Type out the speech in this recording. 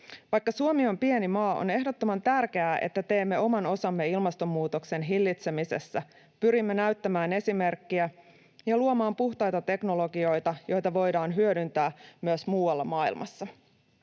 Vaikka Suomi on pieni maa, on ehdottoman tärkeää, että teemme oman osamme ilmastonmuutoksen hillitsemisessä, pyrimme näyttämään esimerkkiä ja luomaan puhtaita teknologioita, joita voidaan hyödyntää myös muualla maailmassa.